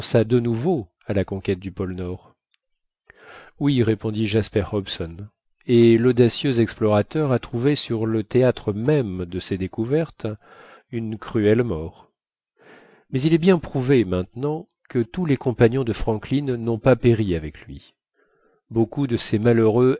de nouveau à la conquête du pôle nord oui répondit jasper hobson et l'audacieux explorateur a trouvé sur le théâtre même de ses découvertes une cruelle mort mais il est bien prouvé maintenant que tous les compagnons de franklin n'ont pas péri avec lui beaucoup de ces malheureux